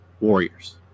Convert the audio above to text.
Warriors